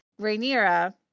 Rhaenyra